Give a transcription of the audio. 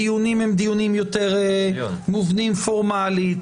הדיונים הם יותר מובנים פורמלית,